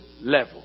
level